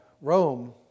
Rome